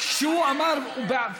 הוא אמר שהוא בעד.